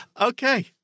Okay